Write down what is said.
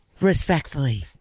respectfully